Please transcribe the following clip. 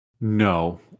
no